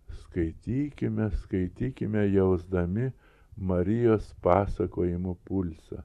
skaitykime skaitykime jausdami marijos pasakojimo pulsą